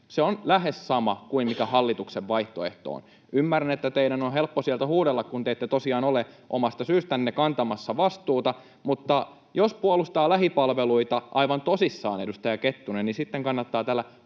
se on lähes sama kuin mitä hallituksen vaihtoehto on. Ymmärrän, että teidän on helppo sieltä huudella, kun te ette tosiaan ole — omasta syystänne — kantamassa vastuuta. Mutta jos puolustaa lähipalveluita aivan tosissaan, edustaja Kettunen, niin sitten kannattaa